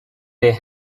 they